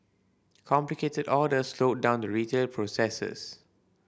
complicated orders slowed down the retail processes